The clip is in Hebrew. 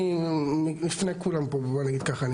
אני לפני כולם פה, בוא נגיד ככה.